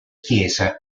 chiese